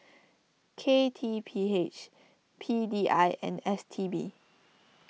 K T P H P D I and S T B